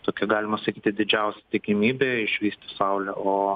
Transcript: tokia galima sakyti didžiausia tikimybė išvysti saulę o